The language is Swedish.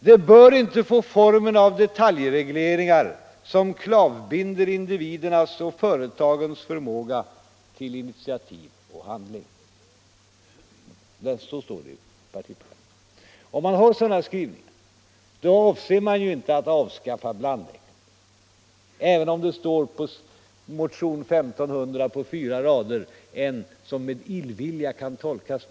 Den bör inte få formen av detaljregleringar som klavbinder individernas och företagens förmåga till initiativ och handling.” Så står det i partiprogrammet, och om man där har sådana skrivningar, avser man väl inte att avskaffa blandekonomin, även om det i en motion bland de 1 500 på fyra rader råkar stå någonting som med illvilja kan tolkas så.